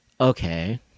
okay